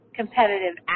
competitive